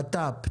בט"פ,